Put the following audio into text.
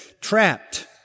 trapped